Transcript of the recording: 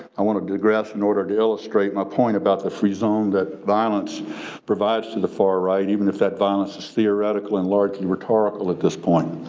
i wanted to grasp in order to illustrate my point about the free zone that violence provides to the far right even if that violence is theoretical and largely rhetorical at this point.